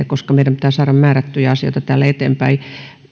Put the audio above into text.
koska meidän pitää saada määrättyjä asioita täällä eteenpäin